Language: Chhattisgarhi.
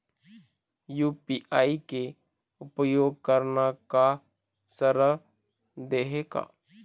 यू.पी.आई के उपयोग करना का सरल देहें का?